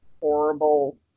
horrible